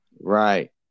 Right